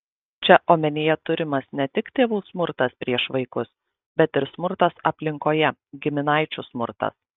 čia omenyje turimas ne tik tėvų smurtas prieš vaikus bet ir smurtas aplinkoje giminaičių smurtas